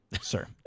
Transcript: Sir